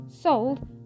sold